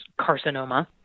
carcinoma